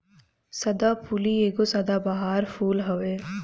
सदाफुली एगो सदाबहार फूल हवे